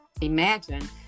imagine